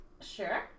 Sure